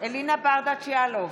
אלינה ברדץ' יאלוב,